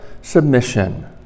submission